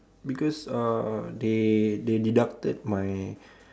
because uh they they deducted my